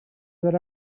that